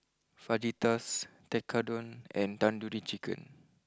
Fajitas Tekkadon and Tandoori Chicken